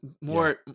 more